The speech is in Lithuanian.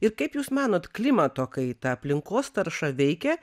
ir kaip jūs manot klimato kaita aplinkos tarša veikia